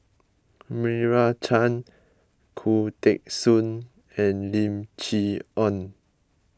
Meira Chand Khoo Teng Soon and Lim Chee Onn